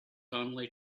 only